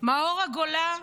מאור הגולה,